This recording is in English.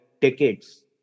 decades